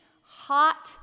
hot